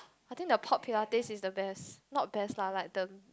I think the pop pilates is the best not best lah like the